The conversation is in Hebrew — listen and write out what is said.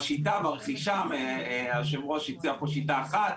בשיטת הרכישה היושב-ראש הציע פה שיטה אחת,